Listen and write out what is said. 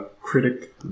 Critic